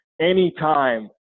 Anytime